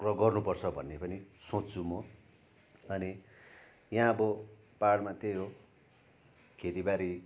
र गर्नुपर्छ भन्ने पनि सोच्छु म अनि यहाँ अब पाहाडमा त्यही हो खेतीबारी